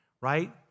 right